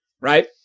right